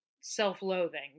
self-loathing